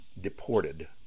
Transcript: deported